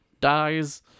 dies